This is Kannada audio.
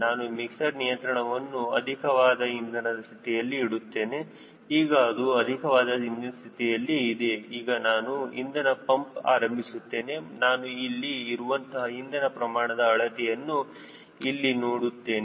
ನಾನು ಮಿಕ್ಸ್ಚರ್ ನಿಯಂತ್ರಣವನ್ನು ಅಧಿಕವಾದ ಇಂಧನದ ಸ್ಥಿತಿಯಲ್ಲಿ ಇಡುತ್ತೇನೆ ಈಗ ಇದು ಅಧಿಕವಾದ ಇಂಧನದ ಸ್ಥಿತಿಯಲ್ಲಿ ಇದೆ ಮತ್ತು ಈಗ ನಾನು ಇಂಧನ ಪಂಪ್ ಆರಂಭಿಸುತ್ತೇನೆ ನಾನು ಇಲ್ಲಿ ಇರುವಂತಹ ಇಂಧನ ಪ್ರಮಾಣದ ಅಳತೆಯನ್ನು ಇಲ್ಲಿ ನೋಡು ನೋಡುತ್ತೇನೆ